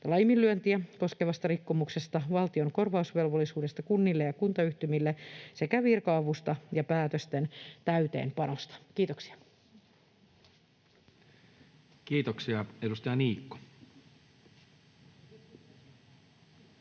laiminlyöntiä koskevasta rikkomuksesta, valtion korvausvelvollisuudesta kunnille ja kuntayhtymille sekä virka-avusta ja päätösten täytäntöönpanosta. — Kiitoksia. Arvoisa puhemies!